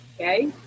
Okay